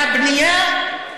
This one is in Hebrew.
והבנייה, אכן,